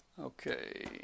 Okay